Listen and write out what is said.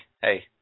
hey